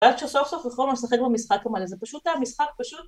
ועד שסוף סוף יכולנו לשחק במשחק, אז זה פשוט היה משחק פשוט.